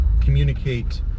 communicate